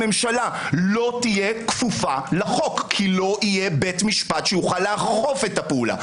הממשלה לא תהיה כפופה לחוק כי לא יהיה בית משפט שיוכל לאכוף את הפעולה.